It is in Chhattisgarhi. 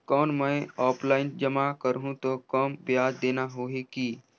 कौन मैं ऑफलाइन जमा करहूं तो कम ब्याज देना होही की?